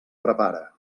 prepara